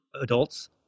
adults